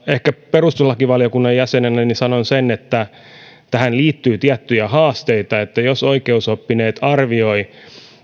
ehkä perustuslakivaliokunnan jäsenenä sanon sen että tähän liittyy tiettyjä haasteita jos oikeusoppineet arvioivat